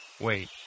Wait